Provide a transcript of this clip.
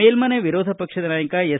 ಮೇಲ್ಮನೆ ವಿರೋಧ ಪಕ್ಷದ ನಾಯಕ ಎಸ್